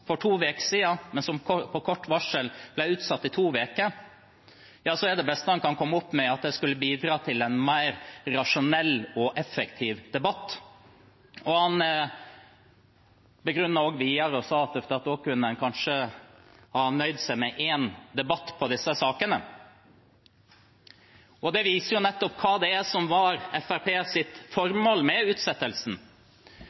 for to uker siden, men som på kort varsel ble utsatt i to uker, er det beste han kan komme opp med at det skulle bidra til en mer rasjonell og effektiv debatt. Han begrunnet det videre med at da kunne en kanskje nøyd seg med én debatt om disse sakene. Det viser nettopp hva som var